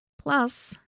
Plus